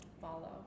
follow